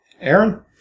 Aaron